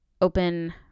open